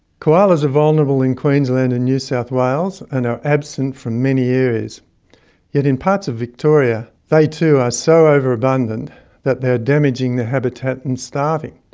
koalas are vulnerable in queensland and new south wales and are absent from many areas in parts of victoria they too are so overabundant that they are damaging their habitat and starving.